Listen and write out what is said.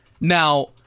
Now